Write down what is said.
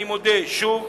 אני מודה שוב